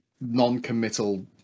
non-committal